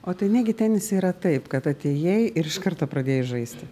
o tai negi tenise yra taip kad atėjai ir iš karto pradėjai žaisti